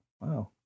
Wow